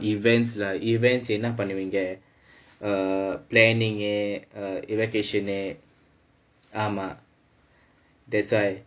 events like events என்ன பண்ணுவீங்க:enna pannuveenga err planning err evacation ஆமா:aamaa that's why